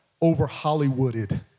over-Hollywooded